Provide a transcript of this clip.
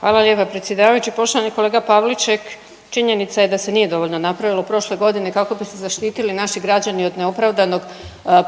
Hvala lijepa predsjedavajući. Poštovani kolega Pavliček činjenica je da se nije dovoljno napravilo prošle godine kako bi se zaštitili naši građani od neopravdanog